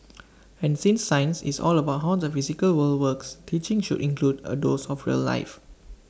and since science is all about how the physical world works teaching should include A dose of real life